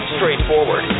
Straightforward